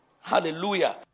Hallelujah